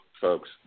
folks